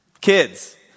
Kids